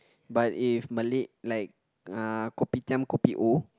but if Malay like uh kopitiam kopi O